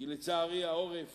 כי, לצערי, העורף